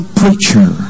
preacher